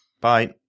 Bye